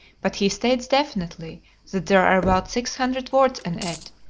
but he states definitely that there are about six hundred words in it,